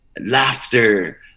laughter